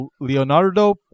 Leonardo